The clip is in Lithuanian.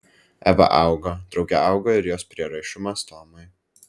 eva augo drauge augo ir jos prieraišumas tomui